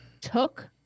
took